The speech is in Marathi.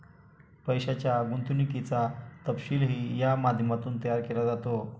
पैशाच्या गुंतवणुकीचा तपशीलही या माध्यमातून तयार केला जातो